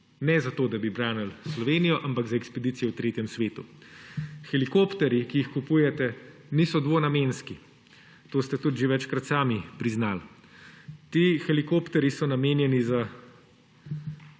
Ne za to, da bi branili Slovenijo, ampak za ekspedicije v tretjem svetu. Helikopterji, ki jih kupujete, niso dvonamenski. To ste tudi že večkrat sami priznali. Ti helikopterji so namenjeni za